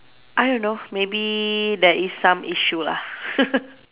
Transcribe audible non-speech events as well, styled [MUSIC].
I don't know maybe there is some issue lah [LAUGHS]